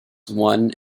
won